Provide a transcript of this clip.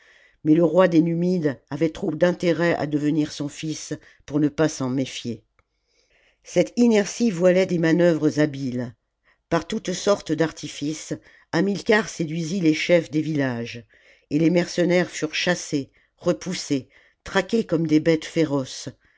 mais le roi des numides avait trop d'intérêt à devenir son fils pour ne pas s'en méfier cette inertie voilait des manœuvres habiles par toutes sortes d'artifices hamilcar séduisit les chefs des villages et les mercenaires furent chassés repoussés traqués comme des bêtes féroces